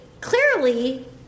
clearly